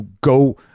go